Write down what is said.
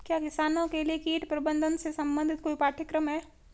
क्या किसानों के लिए कीट प्रबंधन से संबंधित कोई पाठ्यक्रम है?